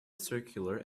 circular